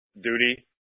duty